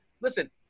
Listen